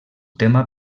tema